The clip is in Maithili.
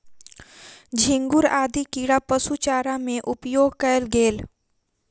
झींगुर आदि कीड़ा पशु चारा में उपयोग कएल गेल